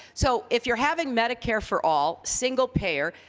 so if you're having medicare for all, single-payer,